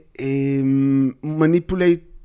manipulate